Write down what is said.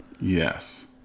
Yes